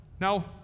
now